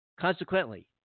consequently